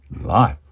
life